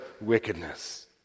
wickedness